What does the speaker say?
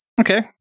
Okay